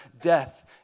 death